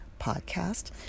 podcast